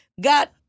got